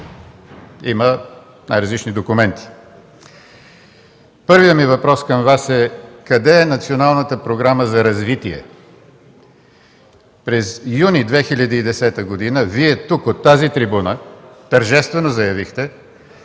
има най-различни документи. Първият ми въпрос към Вас е къде е Националната програма за развитие? През юни 2010 г. Вие тук, от тази трибуна, тържествено заявихте,